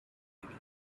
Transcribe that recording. ready